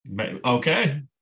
Okay